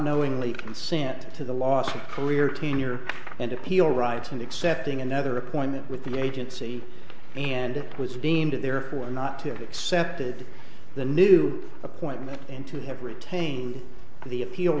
knowingly consent to the loss of career tenure and appeal rights and accepting another appointment with the agency and it was deemed therefore not to accepted the new appointment and to have retained the appeal